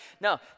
No